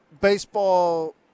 baseball